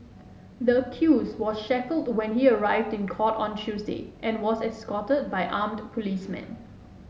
the accused was shackled when he arrived in court on Tuesday and was escorted by armed policemen